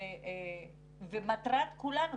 ומטרת כולנו,